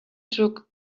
took